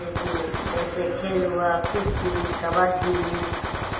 لیکن جیسے کھیل ہوا کشتی کبڈی